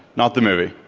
not the movie?